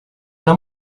alla